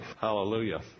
Hallelujah